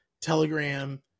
Telegram